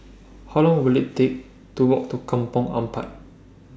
How Long Will IT Take to Walk to Kampong Ampat